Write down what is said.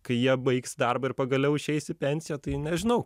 kai jie baigs darbą ir pagaliau išeis į pensiją tai nežinau